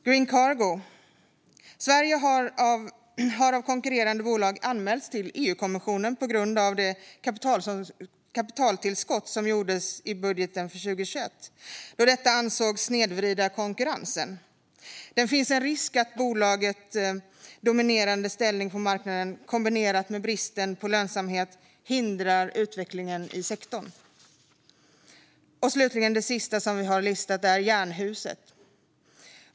Green Cargo: Sverige har av konkurrerande bolag anmälts till EU-kommissionen på grund av det kapitaltillskott som gjordes i budgeten för 2021 då detta ansågs snedvrida konkurrensen. Det finns en risk att bolagets dominerande ställning på marknaden, kombinerat med bristen på lönsamhet, hindrar utvecklingen i sektorn. Det sista som vi har listat är Jernhusen.